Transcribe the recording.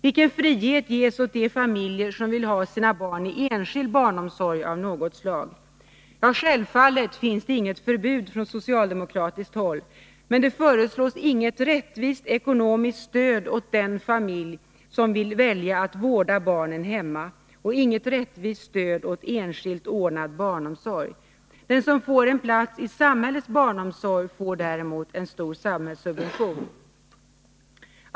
Vilken frihet ges åt de familjer som vill ha sina barn i enskild barnomsorg av något slag? Självfallet finns det inget förbud från socialdemokratiskt håll, men det ges inget rättvist ekonomiskt stöd åt den familj som vill välja att vårda barnen hemma och inget rättvist stöd åt enskilt ordnad barnomsorg. Den som får en plats i samhällets barnomsorg får däremot en stor samhällssubvention.